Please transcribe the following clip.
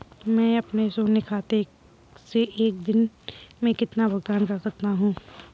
मैं अपने शून्य खाते से एक दिन में कितना भुगतान कर सकता हूँ?